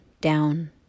down